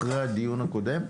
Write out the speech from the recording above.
אחרי הדיון הקודם,